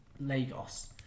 Lagos